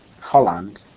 Holland